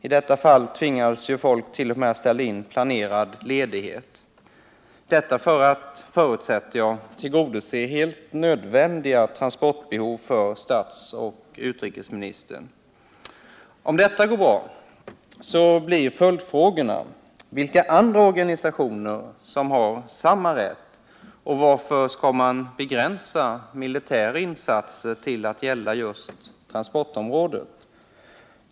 I detta fall tvingades folk t.o.m. att ställa in planerad ledighet — detta för att, förutsätter jag, tillgodose helt nödvändiga transportbehov för statsoch utrikesministern. Om detta går bra, blir följdfrågorna: Vilka andra organisationer har samma rätt? Och varför skall man begränsa militära insatser just till transportområdet?